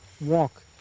walk